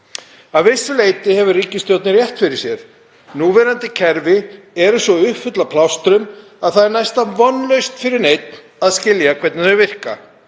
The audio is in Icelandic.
Að vissu leyti hefur ríkisstjórnin rétt fyrir sér. Núverandi kerfi eru svo uppfull af plástrum að það er næsta vonlaust fyrir neinn að skilja hvernig þau virka.